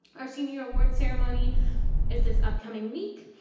our senior awards ceremony is this upcoming week.